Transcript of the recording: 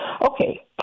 Okay